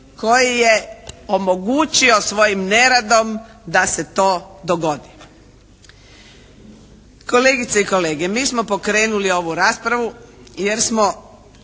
koji je omogućio svojim neradom da se to dogodi. Kolegice i kolege! Mi smo pokrenuli ovu raspravu jer smo